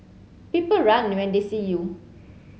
people run when they see you